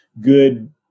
good